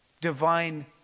divine